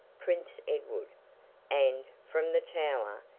prince edward and, from the tower,